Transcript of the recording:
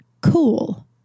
cool